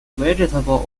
vegetable